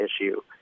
issue